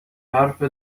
حرف